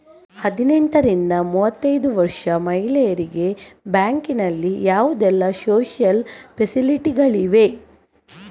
ಹದಿನೆಂಟರಿಂದ ಮೂವತ್ತೈದು ವರ್ಷ ಮಹಿಳೆಯರಿಗೆ ಬ್ಯಾಂಕಿನಲ್ಲಿ ಯಾವುದೆಲ್ಲ ಸೋಶಿಯಲ್ ಫೆಸಿಲಿಟಿ ಗಳಿವೆ?